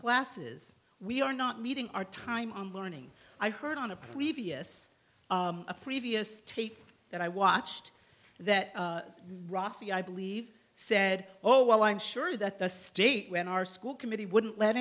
classes we are not meeting our time on learning i heard on a previous a previous tape that i watched that rafi i believe said oh well i'm sure that the state when our school committee wouldn't let